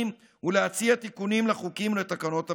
ולהציע תיקונים לחוקים ולתקנות הבטיחות.